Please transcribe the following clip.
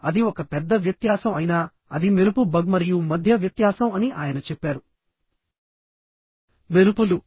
అది ఒక పెద్ద వ్యత్యాసం అయినా అది మెరుపు బగ్ మరియు మధ్య వ్యత్యాసం అని ఆయన చెప్పారు మెరుపులు